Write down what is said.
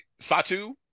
Satu